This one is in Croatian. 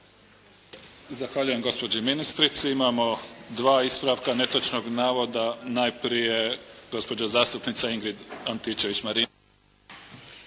Zahvaljujem gospođi ministrici. Imamo dva ispravka netočnog navoda. Najprije gospođa zastupnica Ingrid Antičević-Marinović.